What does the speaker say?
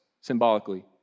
symbolically